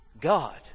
God